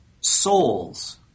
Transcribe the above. souls